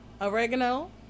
oregano